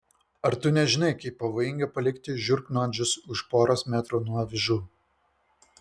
ar tu nežinai kaip pavojinga palikti žiurknuodžius už poros metrų nuo avižų